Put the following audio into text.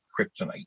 kryptonite